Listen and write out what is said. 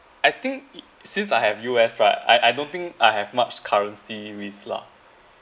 I think since I have U_S right I I don't think I have much currency risk lah